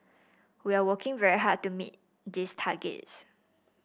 we are working very hard to meet these targets